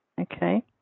Okay